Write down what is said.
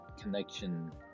connection